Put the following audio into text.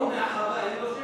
ההוא מהחווה, אין לו שם?